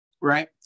right